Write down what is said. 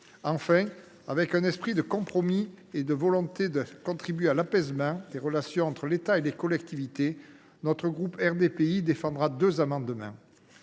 ? Dans un esprit de compromis et de volonté de contribuer à l’apaisement des relations entre l’État et les collectivités, le groupe RDPI présentera enfin deux amendements.